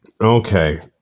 Okay